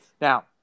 Now